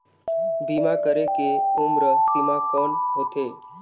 बीमा करे के उम्र सीमा कौन होथे?